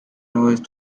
moist